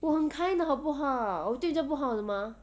我很 kind 的好不好我对人家不好的吗